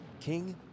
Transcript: king